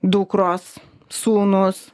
dukros sūnūs